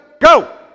go